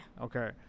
Okay